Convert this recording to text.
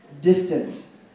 distance